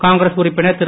காங்கிரஸ் உறுப்பினர் திரு